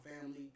family